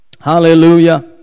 Hallelujah